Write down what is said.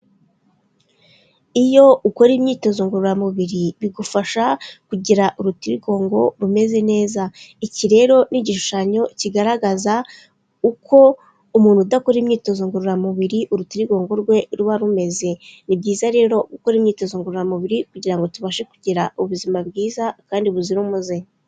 Iyo ukora imyitozo ngororamubiri bigufasha kugira urutirigongo rumeze neza, iki rero ni igishushanyo kigaragaza uko umuntu udakora imyitozo ngororamubiri urutirigongo rwe ruba rumeze, ni byiza rero gukora imyitozo ngororamubiri kugira ngo tubashe kugira ubuzima bwiza kandi buzira umuze.